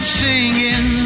singing